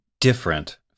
different